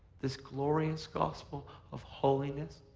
this glorious gospel of holiness,